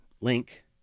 link